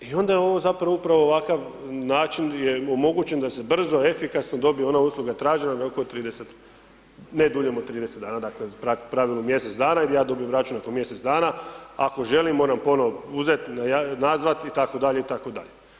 I onda je ovo zapravo upravo ovakav način je omogućen da se brzo i efikasno dobije ona usluga tražena u roku 30, ne duljem od 30 dana, dakle u pravilu mjesec dana i di ja dobim račun nakon mjesec dana, ako želim, moram ponovno uzet, nazvat itd. itd.